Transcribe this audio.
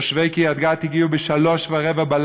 תושבי קריית-גת הגיעו ב-03:15,